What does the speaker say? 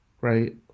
Right